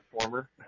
former